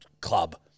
club